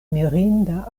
mirinda